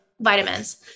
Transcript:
vitamins